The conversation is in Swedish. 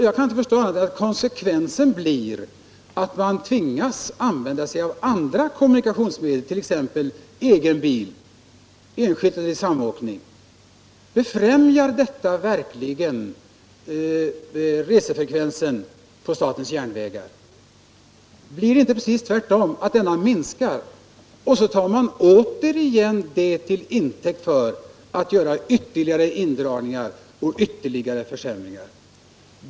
Jag kan inte förstå annat än att konsekvensen blir att man tvingas använda andra kommunikationsmedel, t.ex. egen bil, enskilt eller i samåkning. Befrämjar detta verkligen resefrekvensen på statens järnvägar? Blir det inte precis tvärtom så att den minskar? Och så tar man återigen detta till intäkt för att göra ytterligare indragningar och ytterligare försämringar.